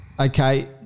Okay